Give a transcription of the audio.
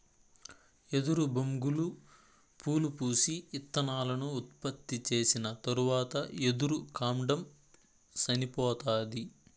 ఎదురు బొంగులు పూలు పూసి, ఇత్తనాలను ఉత్పత్తి చేసిన తరవాత ఎదురు కాండం సనిపోతాది